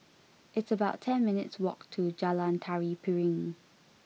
It's about ten minutes' walk to Jalan Tari Piring